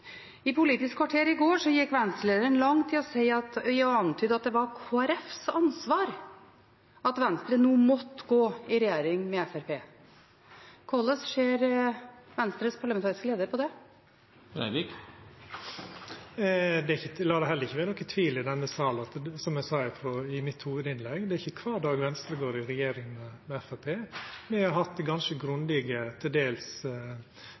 I Politisk kvarter i går gikk Venstre-lederen langt i å antyde at det var Kristelig Folkepartis ansvar at Venstre nå måtte gå i regjering med Fremskrittspartiet. Hvordan ser Venstres parlamentariske leder på det? Lat det heller ikkje vera nokon tvil i denne salen om at – som eg sa i hovudinnlegget mitt – det er ikkje kvar dag Venstre går i regjering med Framstegspartiet. Me har hatt ganske grundige, til dels